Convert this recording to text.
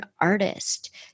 artist